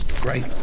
Great